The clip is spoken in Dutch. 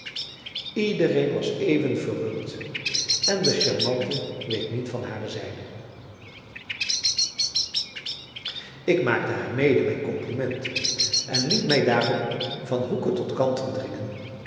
iedereen was even verrukt en de charmante week niet van hare zijde ik maakte haar mede mijn compliment en liet mij daarop van hoeken tot kanten dringen